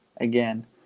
again